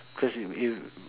cause if if